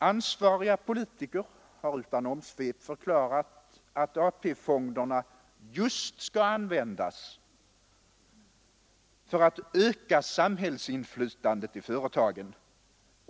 Ansvariga politiker har utan omsvep förklarat att AP-fonderna just skall användas för att öka samhällsinflytandet i företagen.